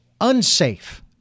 unsafe